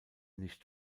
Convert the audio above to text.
nicht